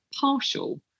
partial